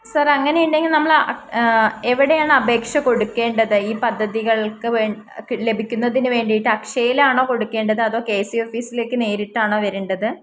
sir അങ്ങനെയുണ്ടെങ്കിൽ നമ്മൾ എവിടെയാണ് അപേക്ഷ കൊടുക്കേണ്ടത് ഈ പദ്ധതികൾക്ക് ലഭിക്കുന്നതിനുവേണ്ടിയിട്ട് അക്ഷയയിലാണോ കൊടുക്കേണ്ടത് അതോ കെ എസ് ഇ ഓഫീസിലേക്ക് നേരിട്ടാണോ വരേണ്ടത്